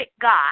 God